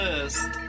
First